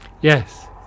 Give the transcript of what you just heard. Yes